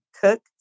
Cook